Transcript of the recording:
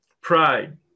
Pride